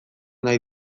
nahi